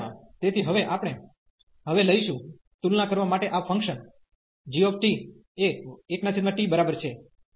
તેથી હવે આપણે હવે લઈશું તુલના કરવા માટે આ ફંકશન g એ 1t બરાબર છે